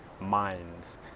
minds